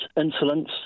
insolence